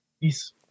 Peace